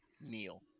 Neil